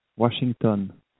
Washington